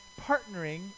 partnering